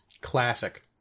Classic